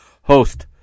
host